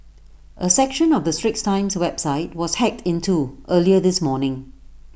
A section of the straits times website was hacked into earlier this morning